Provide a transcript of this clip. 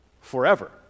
forever